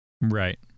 right